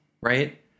Right